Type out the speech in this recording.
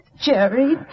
Jerry